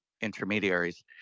intermediaries